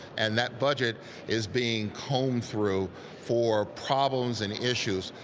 and that budget is being combed through for problems and issues.